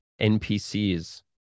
NPCs